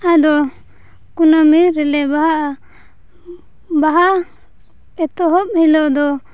ᱟᱫᱚ ᱠᱩᱱᱟᱹᱢᱤ ᱨᱮᱞᱮ ᱵᱟᱦᱟᱜᱼᱟ ᱵᱟᱦᱟ ᱮᱛᱚᱦᱚᱵ ᱦᱤᱞᱳᱜ ᱫᱚ